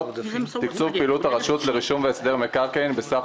תקצוב פעילות הרשות לרישום והסדר מקרקעין בסך